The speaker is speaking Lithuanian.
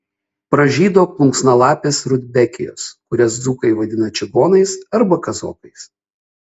pražydo plunksnalapės rudbekijos kurias dzūkai vadina čigonais arba kazokais